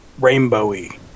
rainbowy